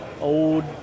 old